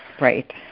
Right